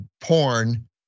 porn